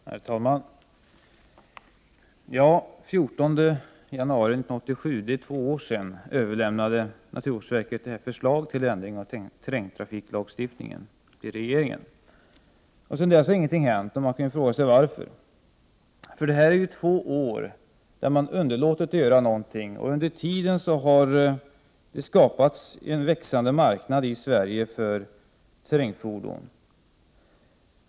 Herr talman! För två år sedan, den 14 januari 1987, överlämnade naturvårdsverket ett förslag till ändring av terrängtrafiklagstiftningen till regeringen. Sedan dess har ingenting hänt, och man kan fråga sig varför. Det är två år där man har underlåtit att göra något. Under tiden har det skapats en växande marknad i Sverige för terrängfordon.